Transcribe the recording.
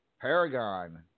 Paragon